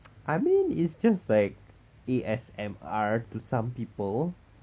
I mean it's just like A_S_M_R to some people